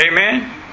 Amen